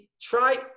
try